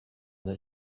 that